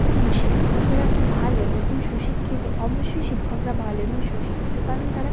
এবং শিক্ষকরা কি ভালো এবং সুশিক্ষিত অবশ্যই শিক্ষকরা ভালো এবং সুশিক্ষিত কারণ তারা